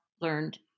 learned